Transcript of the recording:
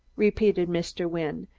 repeated mr. wynne,